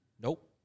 Nope